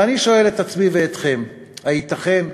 ואני שואל את עצמי ואתכם: הייתכן?